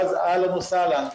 ואז אהלן וסהלן.